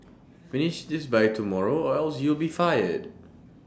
finish this by tomorrow or else you'll be fired